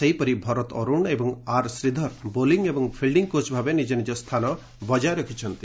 ସେହିପରି ଭରତ ଅରୁଣ ଏବଂ R Sridhar bowling ଏବଂ ଫିଲ୍ଟ କୋଚଭାବେ ନିଜ ନିଜ ସ୍ଥାନ ବଜାୟ ରଖିଛନ୍ତି